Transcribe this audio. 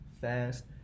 fast